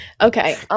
okay